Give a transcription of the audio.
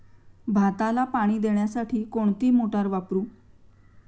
भाताला पाणी देण्यासाठी कोणती मोटार वापरू?